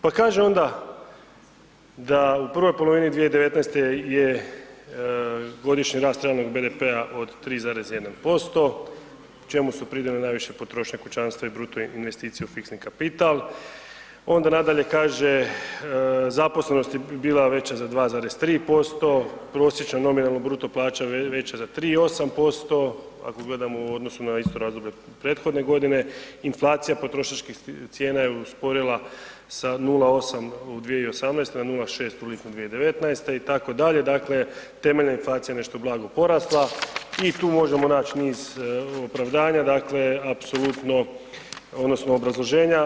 Pa kaže onda da u prvoj polovini 2019. je godišnji rast realnog BDP-a od 3,1% čemu su pridonijeli najviše potrošnja kućanstva i bruto investicija u fiksni kapital, onda nadalje kaže zaposlenost je bila veća za 2,3%, prosječna nominalna bruto plaća veća za 3,8%, ako gledamo u odnosu na isto razdoblje prethodne godine, inflacija potrošačkih cijena je usporila sa 0,8 u 2018. na 0,8 u lipnju 2019. itd. temeljna inflacija je nešto blago porasla i tu možemo nać niz opravdanja odnosno obrazloženja.